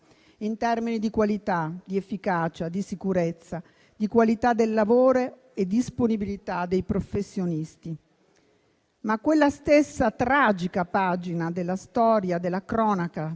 in termini di qualità, di efficacia, di sicurezza, di qualità del lavoro e disponibilità dei professionisti; ma quella stessa tragica pagina della storia, della cronaca